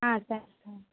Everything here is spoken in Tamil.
ஆ சார்